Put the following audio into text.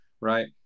right